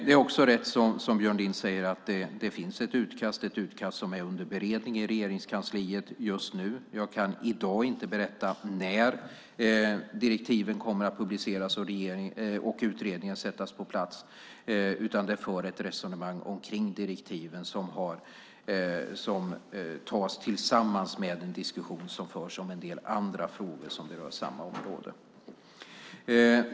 Det är också riktigt, som Björn Lind säger, att det finns ett utkast som är under beredning i Regeringskansliet just nu. Jag kan i dag inte berätta när direktiven kommer att publiceras och utredningen sättas på plats. Det förs ett resonemang om direktiven som tas tillsammans med en diskussion om en del andra frågor som berör samma område.